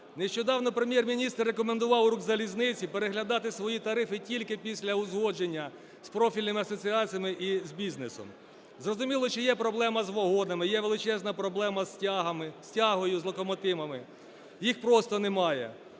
Нещодавно Прем’єр-міністр рекомендував "Укрзалізниці" переглядати свої тарифи тільки після узгодження з профільними асоціаціями і з бізнесом. Зрозуміло, що є проблема з вагонами, є величезна проблема з тягами… з тягою, з локомотивами – їх просто немає.